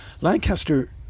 Lancaster